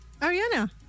Ariana